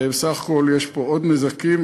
בסך הכול יש פה עוד נזקים,